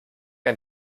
ein